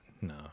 No